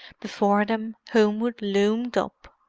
before them homewood loomed up,